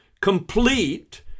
complete